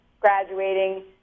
graduating